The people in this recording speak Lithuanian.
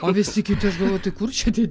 o visi kiti tai kur čia tie